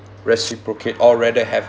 reciprocate or rather have